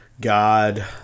God